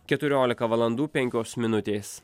keturiolika valandų penkios minutės